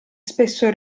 spesso